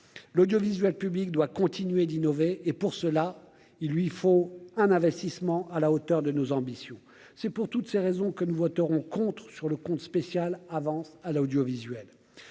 l'audiovisuel public doit continuer d'innover, et pour cela il lui faut un investissement à la hauteur de nos ambitions, c'est pour toutes ces raisons que nous voterons contre, sur le compte spécial avances à l'audiovisuel